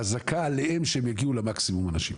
חזקה עליהם שהם יגיעו למקסימום האנשים.